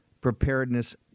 preparedness